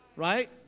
Right